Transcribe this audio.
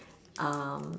um